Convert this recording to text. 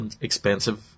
expensive